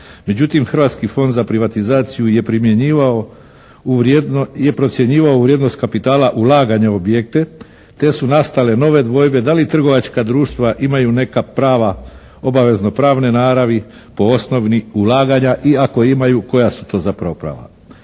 Međutim, Hrvatski fond za privatizaciju je procjenjivao u vrijednost kapitala ulaganja u objekte te su nastale nove dvojbe da li trgovačka društva imaju neka prava obavezno pravne naravi po osnovi ulaganja i ako imaju koja su to zapravo prava.